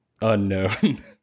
unknown